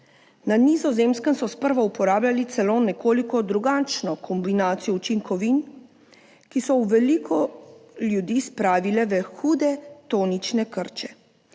Na Nizozemskem so sprva uporabljali celo nekoliko drugačno kombinacijo učinkovin, ki so v veliko ljudi spravile v hude tonične krče,